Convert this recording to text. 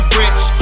rich